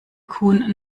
kuhn